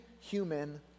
human